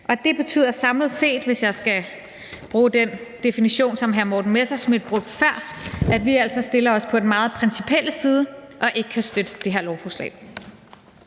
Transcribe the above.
brugte før, altså stiller os på den meget principielle side og ikke kan støtte det her lovforslag.